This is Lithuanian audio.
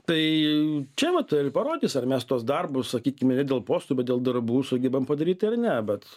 tai čia vat parodys ar mes tuos darbus sakykime ne dėl postų bet dėl darbų sugebam padaryti ar ne bet